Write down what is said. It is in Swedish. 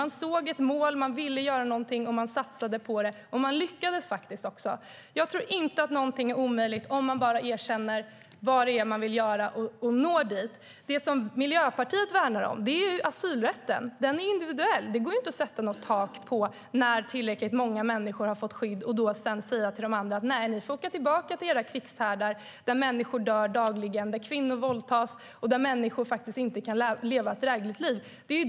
Man såg ett mål, man ville göra någonting och man satsade på det. Och man lyckades faktiskt också. Jag tror inte att någonting är omöjligt om man bara erkänner vad det är man vill göra och försöker nå dit. Det som Miljöpartiet värnar om är asylrätten. Den är individuell. Det går inte att sätta något tak när tillräckligt många människor har fått skydd och sedan säga till de andra: Ni får åka tillbaka till era krigshärdar, där människor dör dagligen, där kvinnor våldtas och där människor inte kan leva ett drägligt liv.